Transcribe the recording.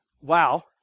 Wow